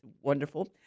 wonderful